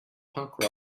punk